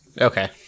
Okay